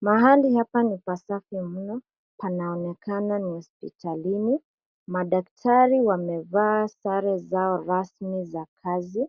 Mahali hapa ni pasafi mno. Panaonekana ni hospitalini. Madaktari wamevaa sare zao rasmi za kazi.